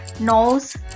Nose